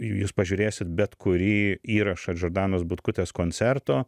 jūs pažiūrėsit bet kurį įrašą džordanos butkutės koncerto